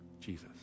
Jesus